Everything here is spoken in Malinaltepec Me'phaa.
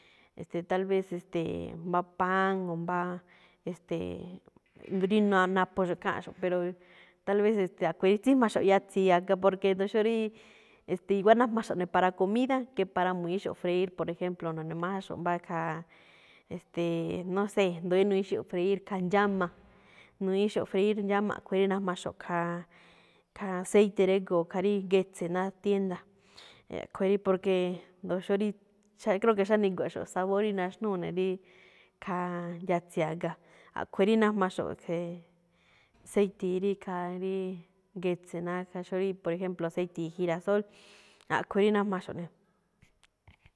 E̱ste̱e̱, tal vez, e̱ste̱e̱, mbá páán, o mbáá, e̱ste̱e̱, rí na- naphoxo̱ꞌ kháanꞌxo̱ꞌ, pero tal vez, e̱ste̱e̱, a̱ꞌkhue̱n rí tsíjmaxo̱ꞌ yatsi̱i a̱ga, porque jndo xóo ríí, e̱ste̱e̱, igua̱á najmaxo̱ꞌ ne̱ para comida que para mu̱ñi̱íxo̱ꞌ freír, por ejemplo, nu̱ne̱májánxo̱ꞌ mbá ikhaa, e̱ste̱e̱, no sé, éndo rí nu̱ñi̱íxo̱ꞌ freír khaa ndxáma, nu̱ñi̱íxo̱ꞌ freír ndxáma, a̱ꞌkhue̱n rí najmaxo̱ꞌ khaa, khaa séite̱ régo̱o̱ khaa rí getse̱ ná tienda, a̱ꞌkhue̱n rí porque, jndo xóo rí cha, creo que xáni̱gua̱ꞌxo̱ꞌ sabor rí naxnúu ne̱ rí, khaa, yatsi̱i a̱ga. A̱ꞌkhue̱n rí najmaxo̱ꞌ khe̱e̱, séiti̱i̱ rí, khaa rí getse̱ ná khaa xóo rí, por ejemplo, aséi̱ti̱i girasol, a̱ꞌkhue̱n rí najmaxo̱ꞌ ne̱.